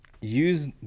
use